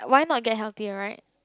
why not get healthier right